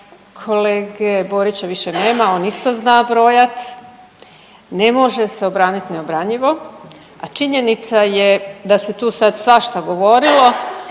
Kolege Borića više nema, on isto zna brojat. Ne može se obranit neobranjivo, a činjenica je da se tu sad svašta govorilo.